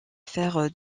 faire